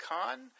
con